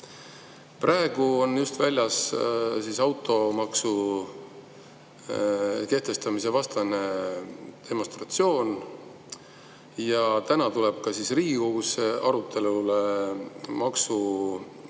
praegu on väljas automaksu kehtestamise vastane demonstratsioon. Täna tuleb Riigikogus arutelule automaksu